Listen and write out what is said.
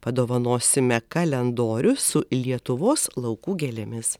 padovanosime kalendorių su lietuvos laukų gėlėmis